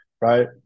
right